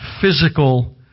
physical